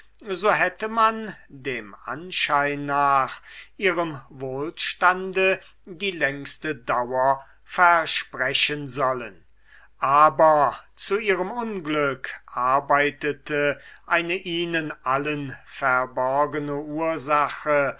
so hätte man dem anschein nach ihrem wohlstande die längste dauer versprechen sollen aber zu ihrem unglück arbeitete eine ihnen allen verborgene ursache